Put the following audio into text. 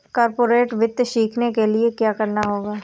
corporate वित्त सीखने के लिया क्या करना होगा